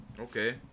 Okay